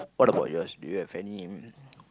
what about yours do you have any